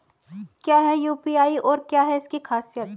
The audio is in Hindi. क्या है यू.पी.आई और क्या है इसकी खासियत?